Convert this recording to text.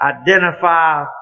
identify